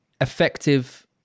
effective